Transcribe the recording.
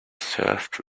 served